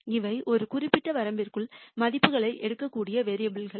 இவை ஒரு குறிப்பிட்ட வரம்பிற்குள் மதிப்புகளை எடுக்கக்கூடிய வேரியபுல் கள்